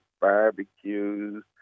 barbecues